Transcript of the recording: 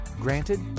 Granted